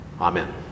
Amen